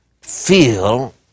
feel